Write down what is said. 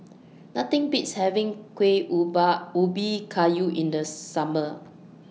Nothing Beats having Kuih Ubi Kayu in The Summer